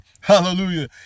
hallelujah